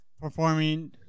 performing